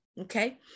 okay